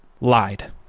lied